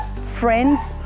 friends